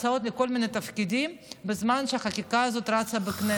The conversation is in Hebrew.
כל מיני הצעות לכל מיני תפקידים בזמן שהחקיקה הזאת רצה בכנסת.